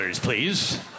please